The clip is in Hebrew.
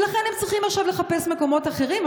ולכן הם צריכים עכשיו לחפש מקומות אחרים.